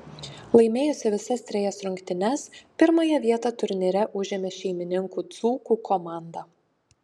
laimėjusi visas trejas rungtynes pirmąją vietą turnyre užėmė šeimininkų dzūkų komanda